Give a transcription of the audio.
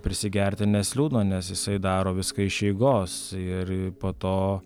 prisigerti nes liūdna nes jisai daro viską iš eigos ir po to